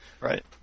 right